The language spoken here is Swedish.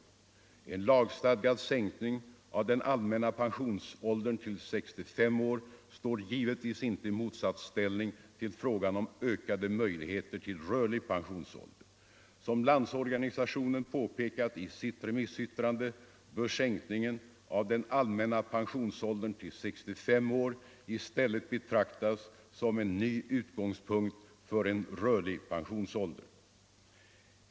En lagstadgad 4 december 1974 sänkning av den allmänna pensionsåldern till 65 år står givetvis inte i motsatsställning till frågan om ökade möjligheter till rörlig pensions — Sänkning av den ålder. Som Landsorganisationen påpekat i sitt remissyttrande bör sänk = allmänna pensionsningen av den allmänna pensionsåldern till 65 år i stället betraktas som = åldern, m.m. en ny utgångspunkt för en rörlig pensionsålder.